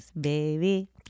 baby